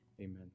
Amen